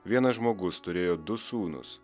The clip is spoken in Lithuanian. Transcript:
vienas žmogus turėjo du sūnus